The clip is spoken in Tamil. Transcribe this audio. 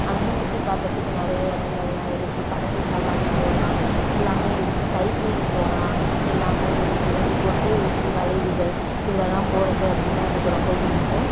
அங்கேயும் சுற்றி பார்க்குறதுக்கு நிறைய இடங்கள்லாம் இருக்கு படகு சவாரி போகலாம் எல்லாமே இருக்கு சைக்ளிங் போகலாம் எல்லாமே இருக்குது இந்த கொண்டை ஊசி வளைவுகள் இதுலலாம் போகறது அப்படின்னா எனக்கு ரொம்ப பிடிக்கும்